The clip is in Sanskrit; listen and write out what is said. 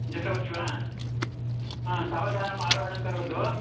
दृष्टवती वा हा सावधानम् आरोहणं करोतु